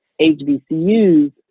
hbcus